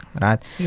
right